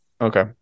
Okay